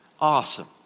Awesome